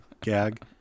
gag